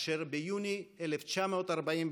אשר ביוני 1948,